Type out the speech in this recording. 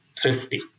thrifty